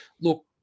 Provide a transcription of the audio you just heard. Look